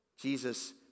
Jesus